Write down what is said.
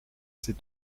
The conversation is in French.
ses